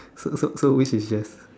so so so which is shift